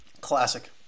Classic